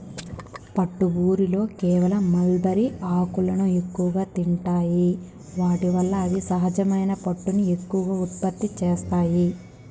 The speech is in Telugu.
పట్టు ఊరిలో కేవలం మల్బరీ ఆకులను ఎక్కువగా తింటాయి వాటి వల్ల అవి సహజమైన పట్టుని ఎక్కువగా ఉత్పత్తి చేస్తాయి